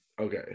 Okay